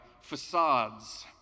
facades